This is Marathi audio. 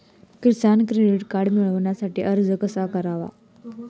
किसान क्रेडिट कार्ड मिळवण्यासाठी अर्ज कसा करावा?